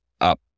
up